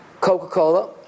Coca-Cola